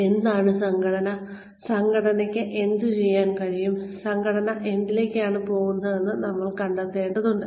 എന്താണ് സംഘടന സംഘടനയ്ക്ക് എന്ത് ചെയ്യാൻ കഴിയും സംഘടന എന്തിലേക്കാണ് പോകുന്നതെന്ന് നമ്മൾ കണ്ടെത്തേണ്ടതുണ്ട്